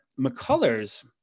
McCullers